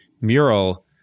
mural